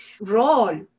role